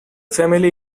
family